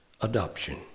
adoption